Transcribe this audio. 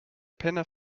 penner